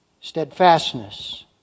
steadfastness